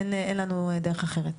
אין לנו דרך אחרת.